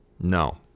No